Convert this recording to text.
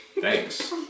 thanks